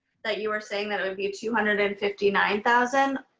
that you were saying that it would be two hundred and fifty nine thousand.